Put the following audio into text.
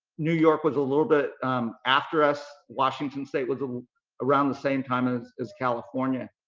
new york was a little bit after us. washington state was around the same time as as california.